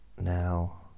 Now